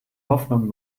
hoffnungen